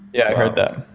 yeah, i heard that.